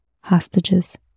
hostages